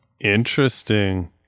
Interesting